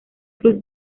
cruz